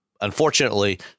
unfortunately